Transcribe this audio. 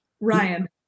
Ryan